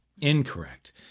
Incorrect